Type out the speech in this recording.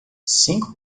cinco